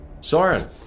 Soren